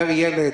פר ילד?